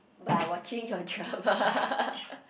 but I watching your drama